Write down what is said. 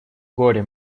горе